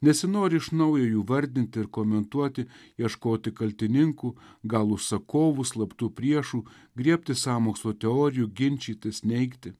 nesinori iš naujo jų vardinti ir komentuoti ieškoti kaltininkų gal užsakovų slaptų priešų griebtis sąmokslo teorijų ginčytis neigti